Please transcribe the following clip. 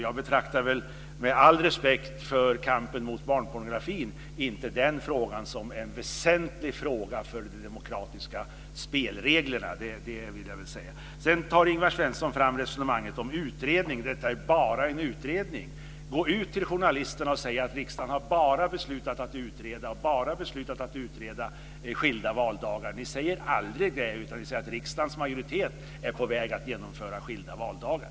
Jag betraktar väl, med all respekt för kampen mot barnpornografin, inte den frågan som en väsentlig fråga för de demokratiska spelreglerna. Sedan tar Ingvar Svensson upp resonemanget om utredningar. Detta är bara en utredning. Gå ut till journalisterna och säg att riksdagen har bara beslutat att utreda skilda valdagar! Det säger aldrig vi, utan vi säger att riksdagens majoritet är på väg att genomföra skilda valdagar.